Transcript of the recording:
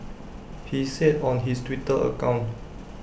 he said on his Twitter account